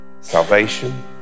salvation